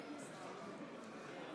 אני